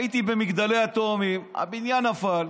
הייתי במגדלי התאומים, הבניין נפל,